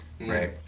Right